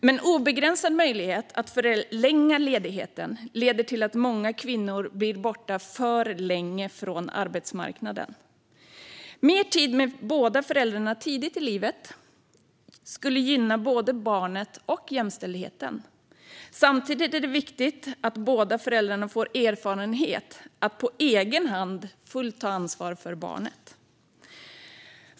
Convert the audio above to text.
Men obegränsad möjlighet att förlänga ledigheten leder till att många kvinnor blir borta alltför länge från arbetsmarknaden. Mer tid med båda föräldrarna tidigt i livet skulle gynna både barnet och jämställdheten. Samtidigt är det viktigt att båda föräldrarna får erfarenhet av att på egen hand ta fullt ansvar för barnet.